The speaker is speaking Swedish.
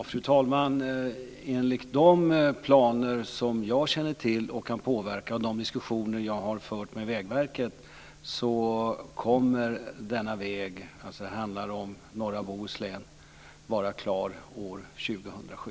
Fru talman! Enligt de planer som jag känner till och kan påverka och de diskussioner jag har fört med Vägverket kommer denna väg - det handlar om norra Bohuslän - att vara klar år 2007.